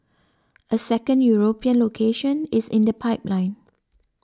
a second European location is in the pipeline